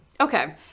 Okay